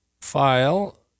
file